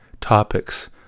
topics